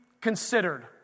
considered